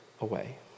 away